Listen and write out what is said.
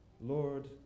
Lord